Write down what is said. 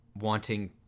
wanting